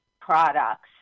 products